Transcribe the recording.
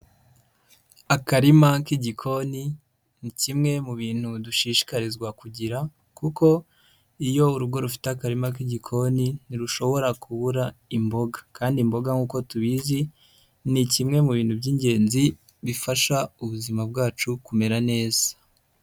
Akarima k'igikoni ni kimwe mu bintu dushishikarizwa kugira kuko iyo urugo rufite akarima k'igikoni ntirushobora kubura imboga, kandi imboga nk'uko tubizi ni kimwe mu bintu by'ingenzi bifasha ubuzima bwacu kumera neza